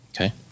Okay